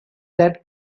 that